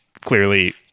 clearly